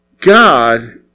God